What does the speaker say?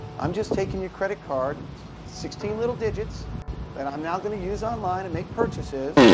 i'm just taking your credit card sixteen little digits that i'm now gonna use online and make purchases.